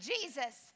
Jesus